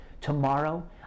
tomorrow